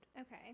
Okay